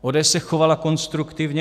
ODS se chovala konstruktivně.